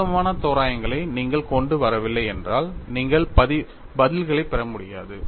பொருத்தமான தோராயங்களை நீங்கள் கொண்டு வரவில்லை என்றால் நீங்கள் பதில்களைப் பெற முடியாது